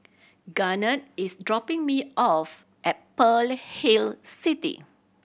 Garnett is dropping me off at Pearl Hill City